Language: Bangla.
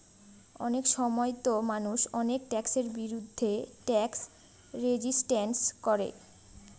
অনেক সময়তো মানুষ অনেক ট্যাক্সের বিরুদ্ধে ট্যাক্স রেজিস্ট্যান্স করে